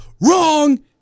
wrong